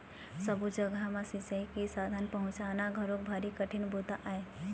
सब्बो जघा म सिंचई के साधन पहुंचाना घलोक भारी कठिन बूता आय